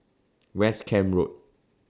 West Camp Road